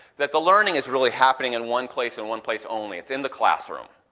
that the learning is really happening in one place and one place only, it's in the classroom.